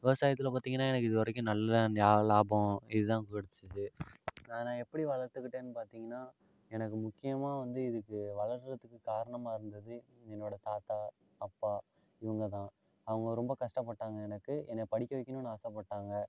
விவசாயத்தில் பார்த்திங்கனா எனக்கு இது வரைக்கும் நல்ல ஞா லாபம் இதுதான் கொடுச்சிது நான் என்னை எப்படி வளர்த்துக்கிட்டேன்னு பார்த்திங்கன்னா எனக்கு முக்கியமாக வந்து இதுக்கு வளருறத்துக்கு காரணமாக இருந்தது என்னோட தாத்தா அப்பா இவங்க தான் அவங்க ரொம்ப கஷ்டப்பட்டாங்கள் எனக்கு என்னை படிக்க வைக்கணும்னு ஆசைப்பட்டாங்க